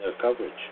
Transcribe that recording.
coverage